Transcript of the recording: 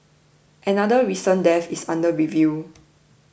another recent death is under review